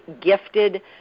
gifted